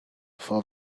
four